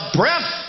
breath